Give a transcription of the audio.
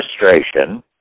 administration